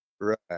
Right